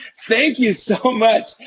thank you so much,